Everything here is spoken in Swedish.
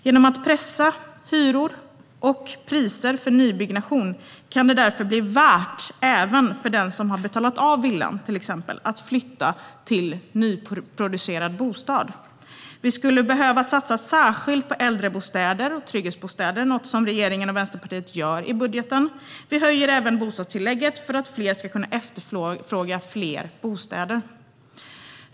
Genom att pressa hyror och priser för nybyggnation kan det därför bli värt även för den som till exempel har betalat av villan att flytta till en nyproducerad bostad. Vi skulle behöva satsa särskilt på äldrebostäder och trygghetsbostäder, vilket regeringen och Vänsterpartiet gör i budgeten. Vi höjer även bostadstillägget för att fler ska kunna efterfråga fler bostäder.